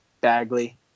Bagley